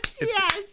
yes